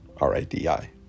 R-I-D-I